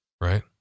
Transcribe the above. right